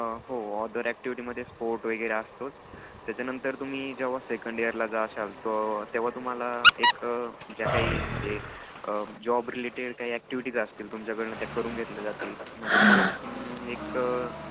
हो अदर ॲक्टिविटीमध्ये स्पोर्ट वगैरे असतोच त्याच्यानंतर तुम्ही जेव्हा सेकंड इयरला जाशाल त तेव्हा तुम्हाला एक ज्या काही म्हणजे जॉब रिलेटेड काही ॲक्टिविटीज असतील तुमच्याकडून त्या करून घेतल्या जातील म्हणजे तुम्हाला एक